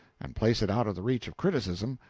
and place it out of the reach of criticism,